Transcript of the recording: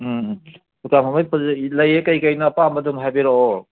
ꯎꯝ ꯎꯝ ꯗꯨꯀꯥꯟ ꯐꯝꯕꯩ ꯄꯣꯠꯆꯩ ꯂꯩꯌꯦ ꯀꯩꯀꯩꯅꯣ ꯑꯄꯥꯝꯕ ꯑꯗꯨꯝ ꯍꯥꯏꯕꯤꯔꯛꯑꯣ